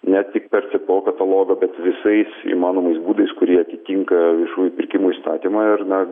ne tik per cpo katalogą bet visais įmanomais būdais kurie atitinka viešųjų pirkimų įstatymą ir na